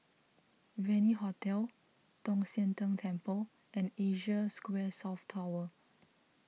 Venue Hotel Tong Sian Tng Temple and Asia Square South Tower